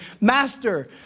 Master